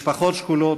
משפחות שכולות,